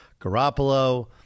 Garoppolo